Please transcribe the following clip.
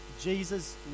Jesus